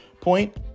point